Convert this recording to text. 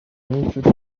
nk’inshuti